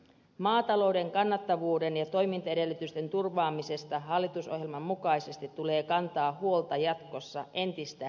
maatalouden kannattavuuden ja toimintaedellytysten turvaamisesta hallitusohjelman mukaisesti tulee kantaa huolta jatkossa entistä tiukemmin